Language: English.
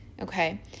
okay